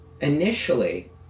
initially